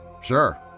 Sure